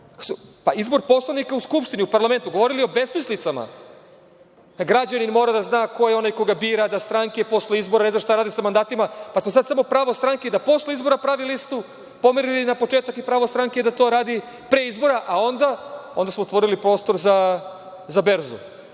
pa izbor poslanika u Skupštini u parlamentu, govorili o besmislicama. Građanin mora da zna ko je onaj koga bira, da stranke posle izbora ne znam šta rade sa mandatima, pa sad samo pravo stranke da posle izbora pravi listu, pomerili na početak i pravo stranke da to radi pre izbora, a onda, onda smo otvorili prostor za berzu,